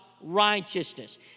righteousness